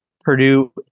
Purdue